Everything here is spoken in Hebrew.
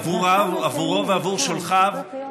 עבורו ועבור שולחיו,